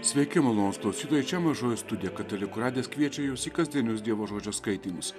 sveiki malonūs klausytojai čia mažoji studija katalikų radijas kviečia jus į kasdienius dievo žodžio skaitymus